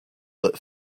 but